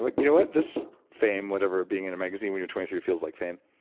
but you know what? this fame, whatever of being in a magazine when you're twenty three feels like fame.